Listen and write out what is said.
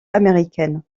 américaine